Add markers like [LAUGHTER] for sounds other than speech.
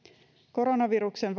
koronaviruksen [UNINTELLIGIBLE]